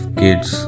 kids